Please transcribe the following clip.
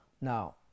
Now